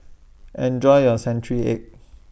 Enjoy your Century Egg